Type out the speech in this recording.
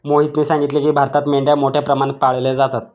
मोहितने सांगितले, भारतात मेंढ्या मोठ्या प्रमाणात पाळल्या जातात